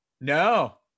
No